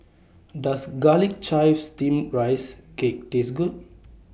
Does Garlic Chives Steamed Rice Cake Taste Good